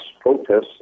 protests